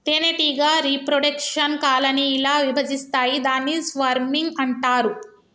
తేనెటీగ reproduction colony ల విభజిస్తాయి దాన్ని స్వర్మింగ్ అంటారు